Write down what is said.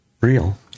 real